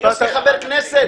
יוסי חבר כנסת?